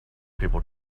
people